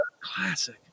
classic